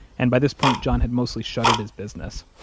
and by this point john had mostly shuttered his business.